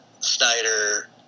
Snyder